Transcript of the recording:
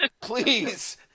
Please